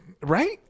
Right